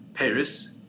Paris